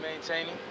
maintaining